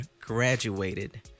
graduated